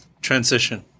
Transition